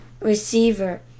receiver